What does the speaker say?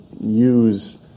use